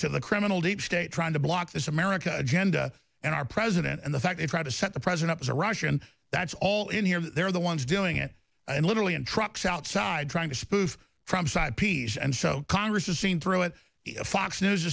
to the criminal deep state trying to block this america agenda and our president and the fact they try to set the president up as a russian that's all in here they're the ones doing it and literally and trucks outside trying to spoof from side piece and so congress is seen through it if fox news